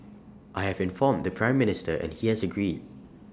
I have informed the Prime Minister and he has agreed